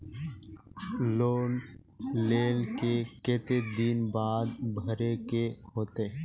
Loan लेल के केते दिन बाद भरे के होते?